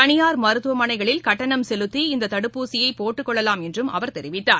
தளியார் மருத்துவமனைகளில் கட்டணம் செலுத்தி இந்ததடுப்பூசியைபோட்டுக்கொள்ளலாம் அவர் தெரிவித்தார்